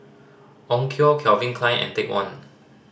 Onkyo Calvin Klein and Take One